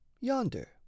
yonder